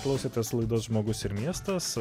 klausėtės laidos žmogus ir miestas